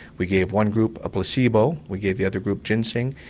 we gave one group a placebo, we gave the other group ginseng,